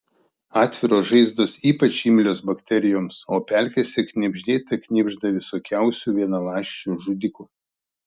atviros žaizdos ypač imlios bakterijoms o pelkėse knibždėte knibžda visokiausių vienaląsčių žudikų